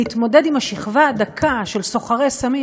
להתמודד עם השכבה הדקה של סוחרי סמים